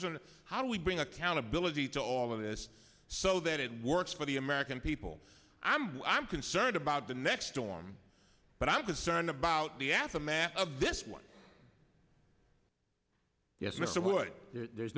to how do we bring accountability to all of this so that it works for the american people i'm i'm concerned about the next storm but i'm concerned about the aftermath of this one yes mr hood there's